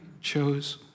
chose